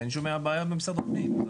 אני שומע שיש בעיה במשרד הפנים.